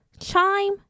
Chime